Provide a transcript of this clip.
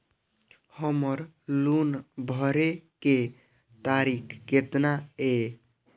हमर लोन भरे के तारीख केतना ये?